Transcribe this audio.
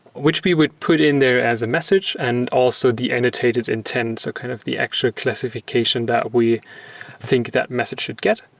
which we would put in there as a message and also the annotated intent. so kind of the extra classification that we think that message should get.